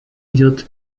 идет